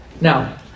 Now